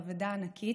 זו אבדה ענקית.